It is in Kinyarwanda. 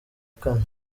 kane